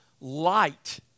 light